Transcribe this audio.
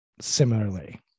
similarly